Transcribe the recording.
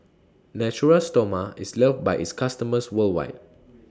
Natura Stoma IS loved By its customers worldwide